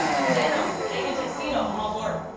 denim. canadian tuxedo. i'm all for it.